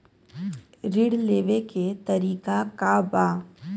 ऋण लेवे के तरीका का बा?